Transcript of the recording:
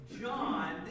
John